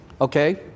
Okay